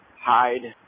hide